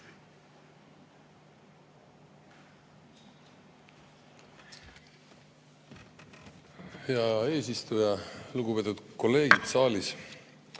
Hea eesistuja! Lugupeetud kolleegid saalis!